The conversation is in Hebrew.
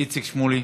איציק שמולי.